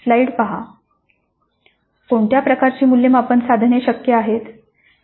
कोणत्या प्रकारची मूल्यमापन साधने शक्य आहेत